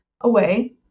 away